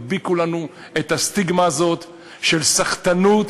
הדביקו לנו את הסטיגמה הזאת של סחטנות,